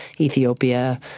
Ethiopia